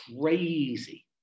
crazy